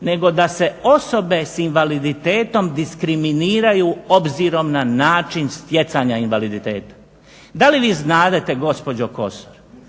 nego da se osobe s invaliditetom diskriminiraju obzirom na način stjecanja invaliditeta. Da li vi znadete gospođo Kosor